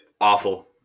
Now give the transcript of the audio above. awful